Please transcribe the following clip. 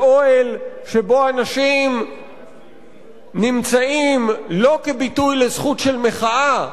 באוהל שבו אנשים נמצאים לא כביטוי לזכות של מחאה,